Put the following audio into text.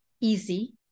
easy